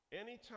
Anytime